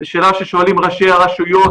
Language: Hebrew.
זו שאלה ששואלים ראשי הרשויות